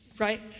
Right